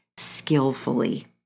skillfully